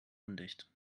undicht